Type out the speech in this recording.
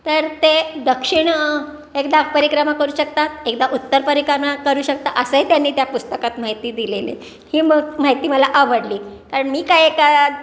तर ते दक्षिण एकदा परिक्रमा करू शकतात एकदा उत्तर परिक्रमा करू शकता असंही त्यांनी त्या पुस्तकात माहिती दिलेली आहे ही म माहिती मला आवडली कारण मी काय एका